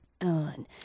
on